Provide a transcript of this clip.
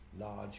large